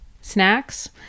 snacks